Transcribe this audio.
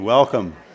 Welcome